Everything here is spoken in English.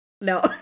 No